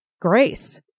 grace